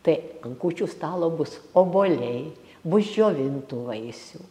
tai ant kūčių stalo bus obuoliai bus džiovintų vaisių